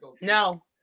No